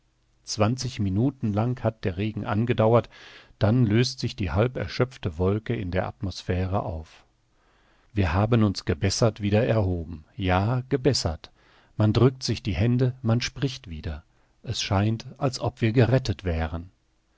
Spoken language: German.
zwanzig minuten lang hat der regen angedauert dann löst sich die halberschöpfte wolke in der atmosphäre auf wir haben uns gebessert wieder erhoben ja gebessert man drückt sich die hände man spricht wieder es scheint als ob wir gerettet wären